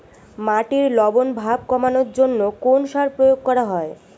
মাটির লবণ ভাব কমানোর জন্য কোন সার প্রয়োগ করা হয়?